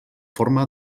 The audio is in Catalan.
forma